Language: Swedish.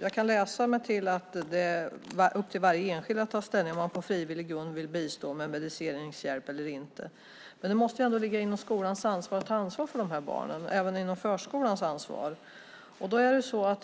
Det står där: "Det är därför upp till varje enskild att ta ställning till om man på frivillig grund vill bistå med medicineringshjälp eller inte." Men det måste väl ändå ligga på skolan och även förskolan att ta ansvar för de här barnen.